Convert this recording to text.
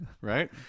Right